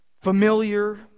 familiar